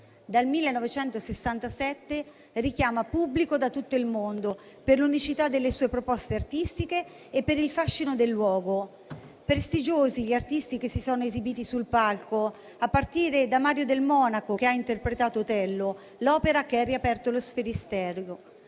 Dal 1967 richiama pubblico da tutto il mondo per l'unicità delle sue proposte artistiche e per il fascino del luogo. Prestigiosi gli artisti che si sono esibiti sul palco, a partire da Mario Del Monaco, che ha interpretato Otello, l'opera che ha riaperto lo Sferisterio.